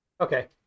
okay